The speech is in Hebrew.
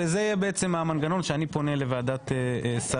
זה יהיה המנגנון, שאני פונה לוועדת השרים.